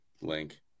link